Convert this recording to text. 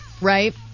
Right